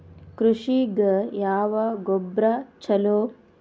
ಕೃಷಿಗ ಯಾವ ಗೊಬ್ರಾ ಛಲೋ?